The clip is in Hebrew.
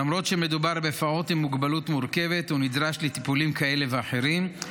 למרות שמדובר בפעוט עם מוגבלות מורכבת והוא נדרש לטיפולים כאלה ואחרים,